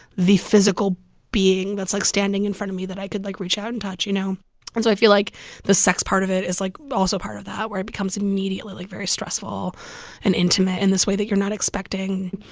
the physical being that's, like, standing in front of me that i could, like, reach out and touch, you know and so i feel like the sex part of it is, like, also part of that, where it becomes immediately, like, very stressful and intimate in this way that you're not expecting.